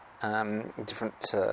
different